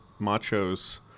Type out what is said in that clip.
machos